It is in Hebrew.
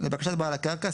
לבקשת בעל הקרקע,